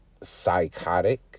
Psychotic